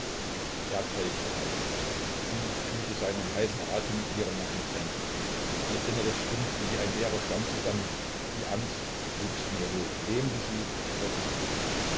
er keuchte heiß sie fühlte seinen heißen atem ihren nacken brennen ihr inneres schrumpfte wie ein leerer schwamm zusammen die angst wuchs in ihr hoch lähmte sie verwirrte sie